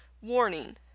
Warning